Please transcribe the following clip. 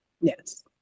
yes